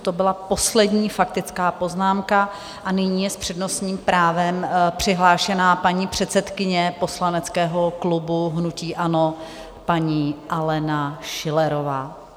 To byla poslední faktická poznámka a nyní je s přednostním právem přihlášena paní předsedkyně poslaneckého klubu hnutí ANO, paní Alena Schillerová.